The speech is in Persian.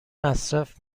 مصرف